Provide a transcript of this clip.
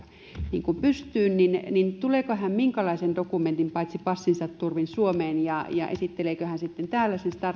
startup pystyyn niin tuleeko hän minkälaisen dokumentin paitsi passinsa turvin suomeen ja esitteleekö hän sitten täällä sen startup